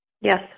Yes